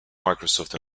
microsoft